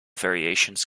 variations